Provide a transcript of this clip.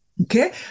okay